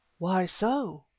why so?